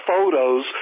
photos